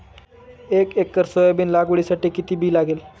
एक acre soybean लागवडीसाठी किती बी लागेल?